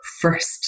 first